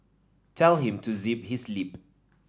tell him to zip his lip